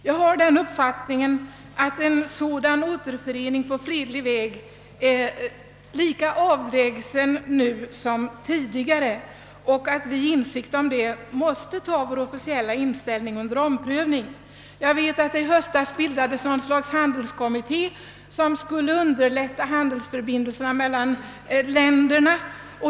Jag har den uppfattningen, att en sådan återförening på fredlig väg är lika avlägsen nu som tidigare och att vi i insikt härom måste ta vår officiella inställning under omprövning. Jag vet att det i höstas bildades något slags handelskommitté för att underlätta handelsförbindelserna mellan länderna.